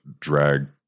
drag